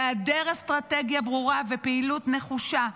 בהיעדר אסטרטגיה ברורה ופעילות נחושה,